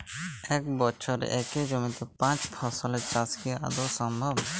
এক বছরে একই জমিতে পাঁচ ফসলের চাষ কি আদৌ সম্ভব?